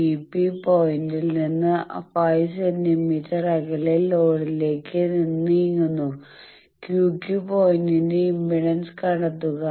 P P പോയിന്റിൽ നിന്ന് 5 centimetre അകലെ ലോഡിലേക്ക് നീങ്ങുന്നQ Q പോയിന്റിന്റെ ഇംപെഡൻസ് കണ്ടെത്തുക